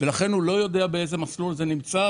ולכן הוא לא יודע באיזה מסלול זה נמצא.